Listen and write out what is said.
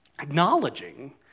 acknowledging